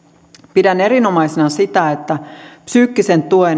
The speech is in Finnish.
pidän erinomaisena sitä että psyykkisen tuen